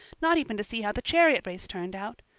not even to see how the chariot race turned out.